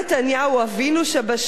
אבינו שבשמים,